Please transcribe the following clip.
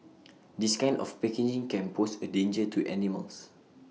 this kind of packaging can pose A danger to animals